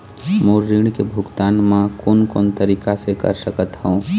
मोर ऋण के भुगतान म कोन कोन तरीका से कर सकत हव?